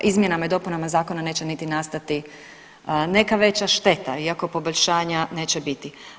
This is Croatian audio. Izmjenama i dopunama zakona neće niti nastati neka veća šteta iako poboljšanja neće biti.